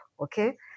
Okay